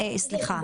סליחה,